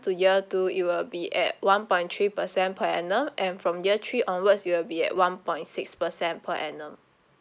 to year two it will be at one point three percent per annum and from year three onwards it will be at one point six percent per annum